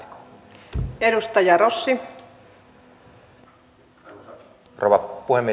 arvoisa rouva puhemies